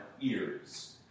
ears